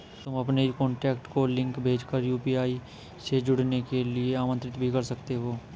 तुम अपने कॉन्टैक्ट को लिंक भेज कर यू.पी.आई से जुड़ने के लिए आमंत्रित भी कर सकते हो